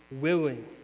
willing